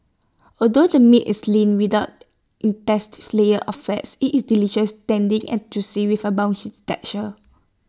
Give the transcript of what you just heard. although the meat is lean without layers of fats IT is delicious tender and juicy with A bouncy texture